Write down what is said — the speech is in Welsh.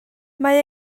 mae